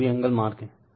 और सभी angle mark हैं